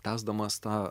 tęsdamas tą